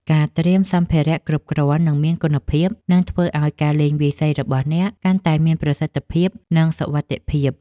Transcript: ការត្រៀមសម្ភារៈគ្រប់គ្រាន់ និងមានគុណភាព នឹងធ្វើឱ្យការលេងវាយសីរបស់អ្នកកាន់តែមានប្រសិទ្ធភាព និងសុវត្ថិភាព។